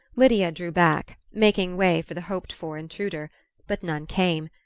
lydia drew back, making way for the hoped-for intruder but none came,